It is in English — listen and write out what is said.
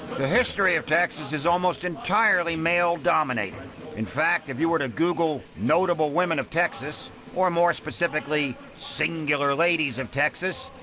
the history of texas is almost entirely male-dominated. in fact, if you were to google notable women of texas or, more specifically, singular ladies of texas,